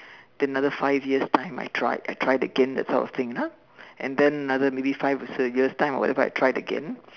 then another five years time I tried I tried again that sort of thing ah and then another maybe five or six years time or whatever and then I tried again